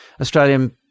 Australian